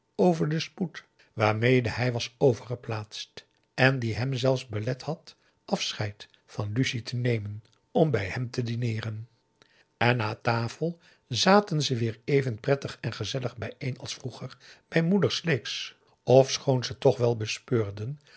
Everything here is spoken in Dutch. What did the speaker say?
over den spoed waarmede hij was overgeplaatst en die hem zelfs belet had afscheid van lucie te nemen om bij hem te dineeren p a daum de van der lindens c s onder ps maurits en na tafel zaten ze weer even prettig en gezellig bijeen als vroeger bij moeder sleeks ofschoon ze toch wel bespeurden